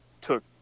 took